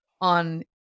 on